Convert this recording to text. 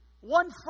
one